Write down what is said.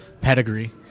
pedigree